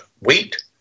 wheat